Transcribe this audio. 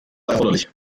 erforderlich